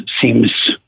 seems